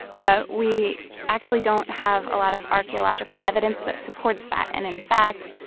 but we actually don't have a lot of archaeological evidence that supports that. and in fact,